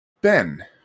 Ben